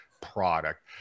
product